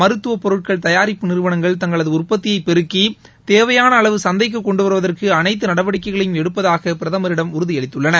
மருத்துவப் பொருட்கள் தயாரிப்பு நிறுவனங்கள் தங்களது உற்பத்தியை பெருக்கி தேவையான அளவு சந்தைக்கு கொண்டுவருவதற்கு அனைத்து நடவடிக்கைகளையும் எடுப்பதாக பிரதமிடம் உறுதியளித்தன